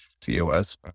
TOS